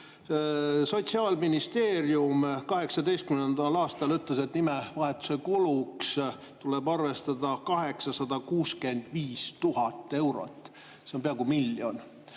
Sotsiaalministeerium 2018. aastal ütles, et nimevahetuse kuluks tuleb arvestada 865 000 eurot. See on peaaegu miljon.